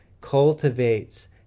cultivates